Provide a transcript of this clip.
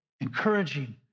Encouraging